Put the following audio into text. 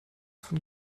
von